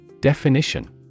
Definition